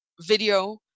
video